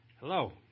Hello